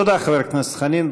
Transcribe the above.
תודה, חבר הכנסת חנין.